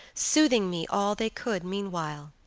soothing me all they could meanwhile.